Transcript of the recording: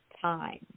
time